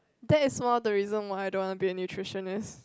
that's more the reason why I don't want to be a nutritionist